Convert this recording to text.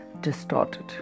distorted